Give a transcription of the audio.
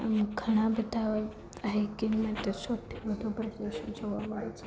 આમ ઘણા બધા હોય હાઈકીંગ માટે સૌથી મોટું પ્રદર્શન જોવા મળે છે